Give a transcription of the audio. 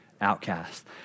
outcast